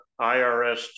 IRS